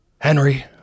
Henry